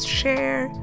share